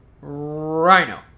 Rhino